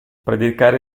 predicare